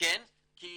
כי הוא